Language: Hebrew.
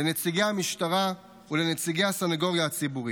לנציגי המשטרה ולנציגי הסנגוריה הציבורית.